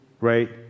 right